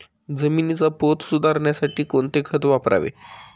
जमिनीचा पोत सुधारण्यासाठी कोणते खत वापरावे?